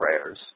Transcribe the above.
prayers